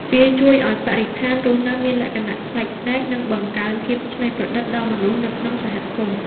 វាជួយឱ្យបរិស្ថានរស់នៅមានលក្ខណៈប្លែកភ្នែក និងបង្កើនភាពច្នៃប្រឌិតដល់មនុស្សនៅក្នុងសហគមន៍។